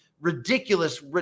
ridiculous